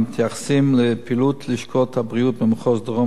המתייחסים לפעילות לשכות הבריאות במחוז דרום